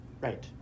Right